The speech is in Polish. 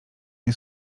nie